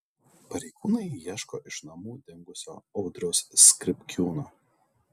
pareigūnai ieško iš namų dingusio audriaus skripkiūno